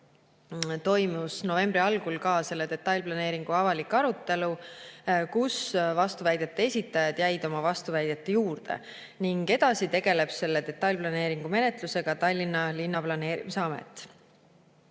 toimus novembri algul ka selle detailplaneeringu avalik arutelu, kus vastuväidete esitajad jäid oma vastuväidete juurde, ning edasi tegeleb selle detailplaneeringu menetlusega Tallinna Linnaplaneerimise Amet.